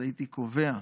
אז הייתי קובע,